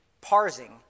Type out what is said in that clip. parsing